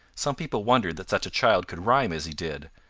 some people wondered that such a child could rhyme as he did,